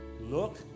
look